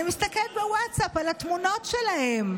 אני מסתכלת בווטסאפ על התמונות שלהם,